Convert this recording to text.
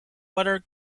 wetter